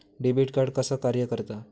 Debit card कसा कार्य करता?